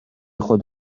خود